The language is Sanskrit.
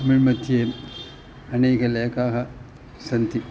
तमिळ्मध्ये अनेकाः लेखाः सन्ति